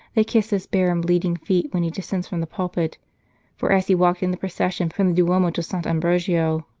they kiss his bare and bleeding feet when he descends from the pulpit for as he walked in the procession from the duomo to sant ambrogio,